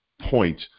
point